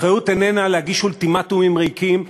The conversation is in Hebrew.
אחריות איננה להגיש אולטימטומים ריקים,